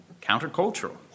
countercultural